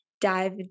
dive